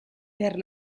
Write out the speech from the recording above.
per